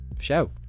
show